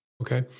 Okay